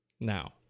Now